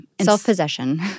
Self-possession